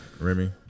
Remy